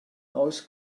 oes